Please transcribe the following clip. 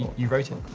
you wrote it.